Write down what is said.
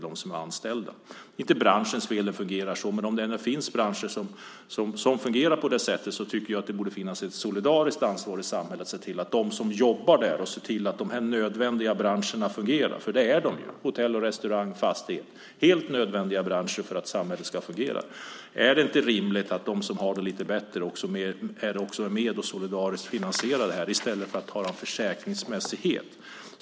Det är inte branschernas fel att det fungerar så, men jag tycker att det borde finnas ett solidariskt ansvar i samhället att se till att de här nödvändiga branscherna - till exempel hotell och restaurangbranschen - fungerar. De är helt nödvändiga branscher för att samhället ska fungera. Är det inte rimligt att de som har det lite bättre också är med och solidariskt finansierar detta? Det är rimligare än att tala om försäkringsmässighet.